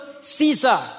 Caesar